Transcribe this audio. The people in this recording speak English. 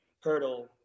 hurdle